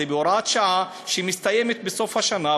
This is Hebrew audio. זה שזה בהוראת שעה שמסתיימת בסוף השנה,